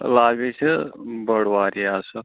lobby چھِ بٔڑ واریاہ حظ سۄ